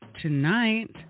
tonight